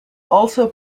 also